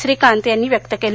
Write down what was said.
श्रीकांत यांनी व्यक्त केलं